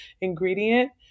ingredient